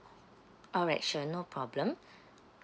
alright sure no problem